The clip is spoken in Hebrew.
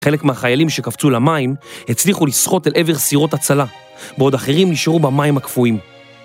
חלק מהחיילים שקפצו למים הצליחו לשחות אל עבר סירות הצלה, בעוד אחרים נשארו במים הקפואים.